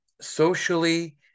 socially